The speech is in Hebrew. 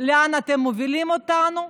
לאן אתם מובילים אותנו,